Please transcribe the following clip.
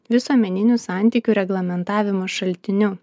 visuomeninių santykių reglamentavimo šaltiniu